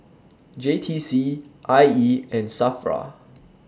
J T C I E and SAFRA